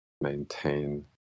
maintain